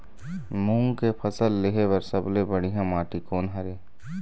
मूंग के फसल लेहे बर सबले बढ़िया माटी कोन हर ये?